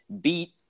beat